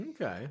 Okay